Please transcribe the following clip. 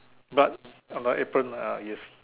but got apron ah yes